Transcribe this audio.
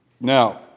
Now